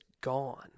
gone